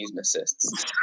assists